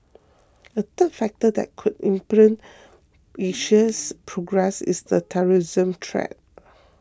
a third factor that could impede Asia's progress is the terrorism threat